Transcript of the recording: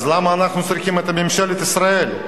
למה אנחנו צריכים את ממשלת ישראל?